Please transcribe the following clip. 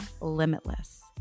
limitless